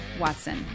Watson